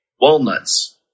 walnuts